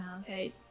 Okay